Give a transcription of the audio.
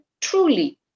truly